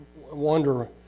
wonder